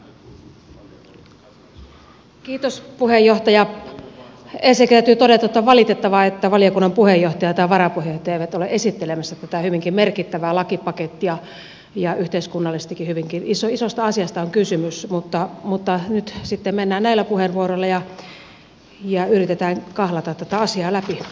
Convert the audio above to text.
ensin täytyy todeta että on valitettavaa että valiokunnan puheenjohtaja tai varapuheenjohtaja ei ole esittelemässä tätä hyvinkin merkittävää lakipakettia ja yhteiskunnallisestikin hyvinkin isosta asiasta on kysymys mutta nyt sitten mennään näillä puheenvuoroilla ja yritetään kahlata tätä asiaa läpi näillä voimin